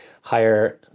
higher